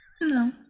No